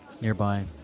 nearby